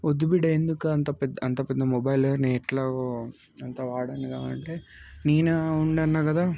వద్దు బిడ్డ ఎందుకు అంత పెద్ద అంత పెద్ద మొబైల్ నేను ఎట్లాగు అంత వాడను కాబట్టి నేను ఉండన్న కదా